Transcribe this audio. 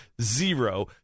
zero